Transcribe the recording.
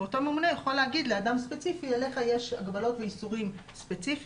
ואותו ממונה יכול להגיד לאדם ספציפי: עליך יש הגבלות ואיסורים ספציפיים.